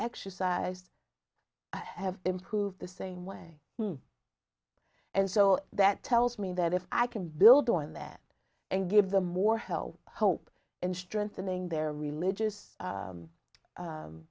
exercised have improved the same way and so that tells me that if i can build on that and give them more help help in strengthening their religious